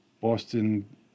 Boston